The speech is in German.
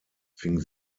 fing